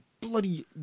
bloody